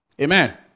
Amen